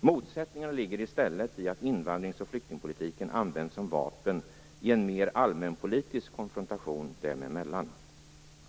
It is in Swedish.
Motsättningarna ligger i stället i att invandringsoch flyktingpolitiken används som vapen i en mer allmänpolitisk konfrontation dem emellan.